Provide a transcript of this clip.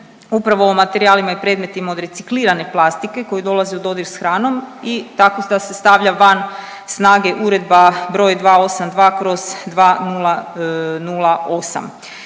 upravo o materijalima i predmetima od reciklirane plastike koji dolaze u dodir s hranom i tako da se stavlja van snage Uredba br. 282/2008,